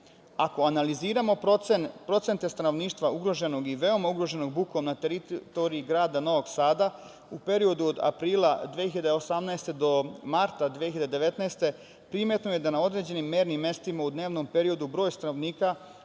analiziramo procente stanovništva ugroženog i veoma ugroženog bukom na teritoriji grada Novog Sada, u periodu od aprila 2018. godine do marta 2019. godine, primetno je da na određenim mernim mestima u dnevnom periodu broj stanovnika